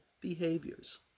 behaviors